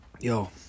Yo